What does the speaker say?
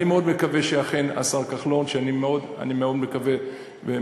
אני מאוד מקווה שאכן השר כחלון,